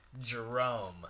Jerome